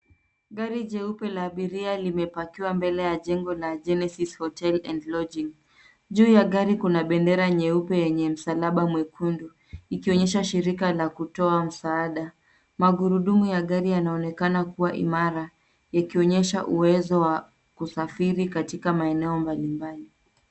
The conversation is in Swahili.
Gari jeupe la abiria limepakiwa mbele ya jengo la Genesis Hotel And Lodging. Juu ya gari kuna bendera nyeupe yenye msalaba mwekundu ikionyesha shirika la kutoa msaada. Magurudumu ya gari yanaonekana kuwa imara ikionyesha uwezo wa usafiri katika maeneo mbali mbali.